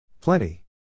Plenty